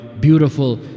beautiful